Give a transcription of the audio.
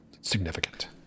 significant